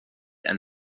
and